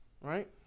right